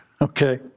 Okay